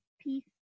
Peace